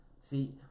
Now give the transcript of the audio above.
See